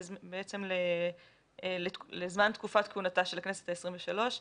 בעצם לזמן תקופת כהונתה של הכנסת ה-23.